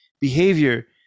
behavior